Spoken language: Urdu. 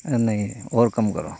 نہیں اور کم کرو